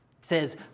says